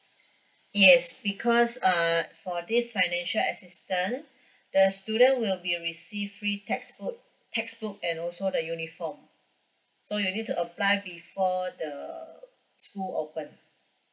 yes because err for this financial assistance the student will be received free textbook textbook and also the uniform so you need to apply before the school open